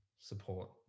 support